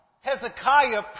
Hezekiah